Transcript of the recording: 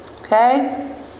Okay